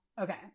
Okay